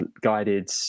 guided